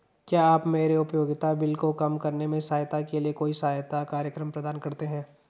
क्या आप मेरे उपयोगिता बिल को कम करने में सहायता के लिए कोई सहायता कार्यक्रम प्रदान करते हैं?